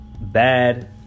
bad